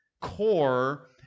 core